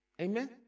Amen